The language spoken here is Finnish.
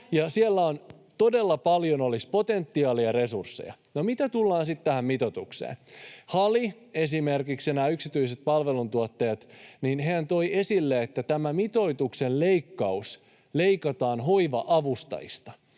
Siellä olisi todella paljon potentiaalia ja resursseja. No, miten tullaan sitten tähän mitoitukseen? HALI, esimerkiksi nämä yksityiset palveluntuottajat, toivat esille, että tämä mitoituksen leikkaus leikataan hoiva-avustajista.